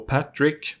Patrick